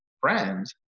friends